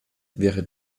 wäre